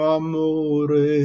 amore